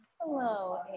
Hello